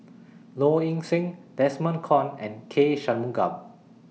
Low Ing Sing Desmond Kon and K Shanmugam